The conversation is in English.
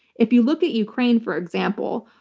if you look at ukraine, for example,